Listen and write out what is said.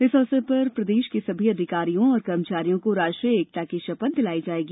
इस अवसर पर प्रदेश के सभी अधिकारियों और कर्मचारियों को राष्ट्रीय एकता की शपथ दिलाई जाएगी